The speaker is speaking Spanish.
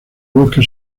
bosque